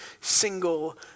single